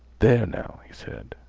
there now, he said,